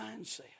mindset